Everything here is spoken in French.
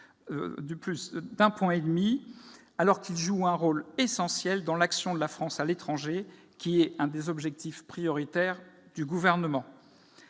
de plus de 1,5 %, alors qu'il joue un rôle essentiel dans l'action de la France à l'étranger, c'est-à-dire l'un des objectifs prioritaires du Gouvernement.